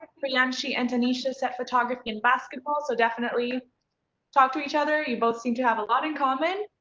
priyanshi and danisha said photography and basketball so definitely talk to each other! you both seem to have a lot in common.